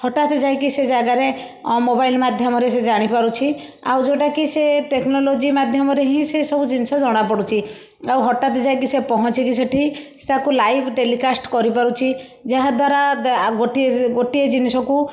ହଟାତ୍ ଯାଇ କି ସେ ଜାଗାରେ ମୋବାଇଲ ମାଧ୍ୟମରେ ସେ ଜାଣିପାରୁଛି ଆଉ ଯେଉଁଟା କି ସେ ଟେକ୍ନୋଲୋଜି ମାଧ୍ୟମରେ ହିଁ ସେ ସବୁ ଜିନିଷ ଜଣା ପଡ଼ୁଛି ଆଉ ହଟାତ୍ ଯାଇକି ସେ ପହଞ୍ଚିକି ସେଇଠି ତାକୁ ଲାଇଭ ଟେଲିକାସ୍ଟ କରିପାରୁଛି ଯାହା ଦ୍ବାରା ଆ ଗୋଟିଏ ଗୋଟିଏ ଜିନିଷକୁ